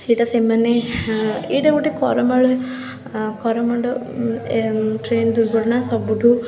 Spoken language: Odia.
ସେଇଟା ସେମାନେ ଏଇଟା ଗୋଟେ କରମଣ୍ଡଳ ଅଁ କରମଣ୍ଡଳ ଟ୍ରେନ୍ ଦୁର୍ଘଟଣା ସବୁଠୁ